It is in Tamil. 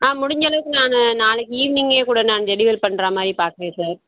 ஆ முடிஞ்சளவுக்கு நான் நாளைக்கு ஈவ்னிங்கே கூட நான் டெலிவர் பண்ற மாதிரி பார்க்குறேன் சார்